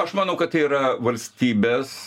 aš manau kad tai yra valstybės